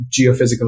geophysical